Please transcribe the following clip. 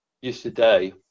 yesterday